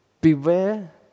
Beware